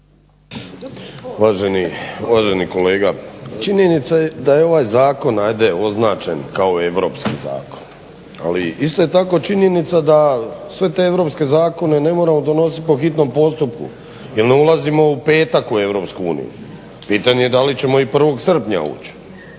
Uvaženi kolega, činjenica je da je ovaj zakon označen kao europski zakon. ali je isto tako činjenica da sve te europske zakone ne moramo donositi po hitnom postupku jer ne ulazimo u petak u EU, pitanje je da li ćemo i 1.srpnja ući.